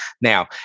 Now